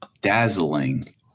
dazzling